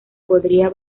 podría